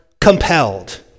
compelled